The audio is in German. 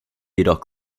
jedoch